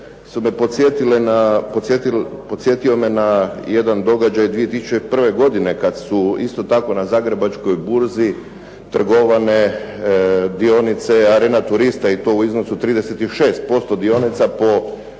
podsjetile na jedan događaj 2001. godine kad su isto tako na Zagrebačkoj burzi trgovane dionice Arena turista i to u iznosu 36% dionica po